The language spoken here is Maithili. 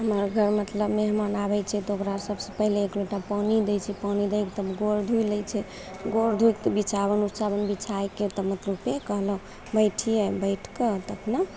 हमरा घर मतलब मेहमान आबै छै तऽ ओकरा सबसे पहिने एकलोटा पानी दै छै पानी दैके तब गोड़ धोइ लै छै गोड़ धोइ छै बिछावन उछावन बिछाइके तब मतलब फेर कहलक बैठिए तब बैठिके तऽ अपना